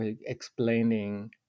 explaining